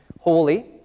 holy